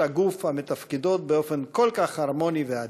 הגוף המתפקדות באופן כל כך הרמוני ועדין.